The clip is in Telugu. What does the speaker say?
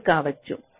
8 కావచ్చు